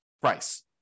price